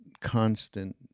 constant